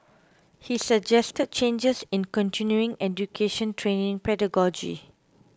he suggested changes in continuing education training pedagogy